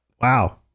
Wow